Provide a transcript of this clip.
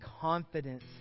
confidence